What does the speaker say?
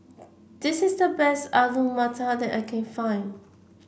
this is the best Alu Matar that I can find